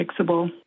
fixable